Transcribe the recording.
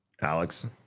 Alex